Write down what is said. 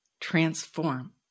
transform